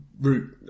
Root